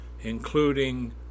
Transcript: including